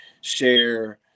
share